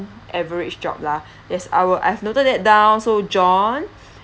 average job lah yes I will I've noted that down so john